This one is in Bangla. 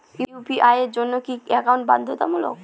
ইউ.পি.আই এর জন্য কি একাউন্ট বাধ্যতামূলক?